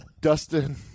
Dustin